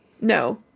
no